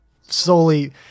solely